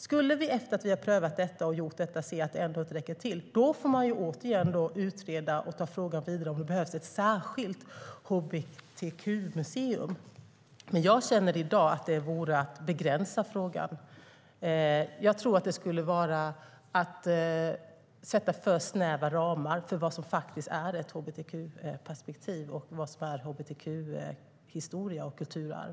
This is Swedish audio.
Men om vi efter att vi har prövat och gjort allt detta ändå ser att det inte räcker till får man återigen utreda och ta frågan vidare när det gäller om det behövs ett särskilt hbtq-museum. Jag känner dock i dag att det vore att begränsa frågan. Jag tror att det skulle vara att sätta för snäva ramar för vad som är ett hbtq-perspektiv och vad som är hbtq-historia och hbtq-kulturarv.